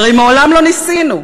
הרי מעולם לא ניסינו.